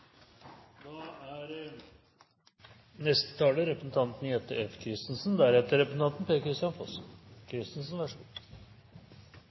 Da er neste taler representanten Trine Skei Grande, deretter representanten